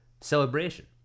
celebration